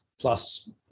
plus